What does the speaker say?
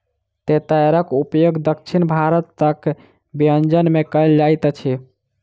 तेतैरक उपयोग दक्षिण भारतक व्यंजन में कयल जाइत अछि